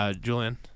Julian